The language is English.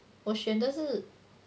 我选的是